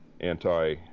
anti